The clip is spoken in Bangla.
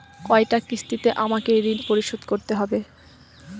কয়টা কিস্তিতে আমাকে ঋণ পরিশোধ করতে হবে?